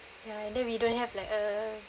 ya and then we don't have like a